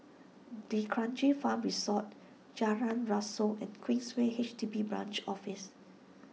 D'Kranji Farm Resort Jalan Rasok and Queensway H D B Branch Office